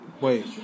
Wait